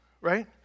right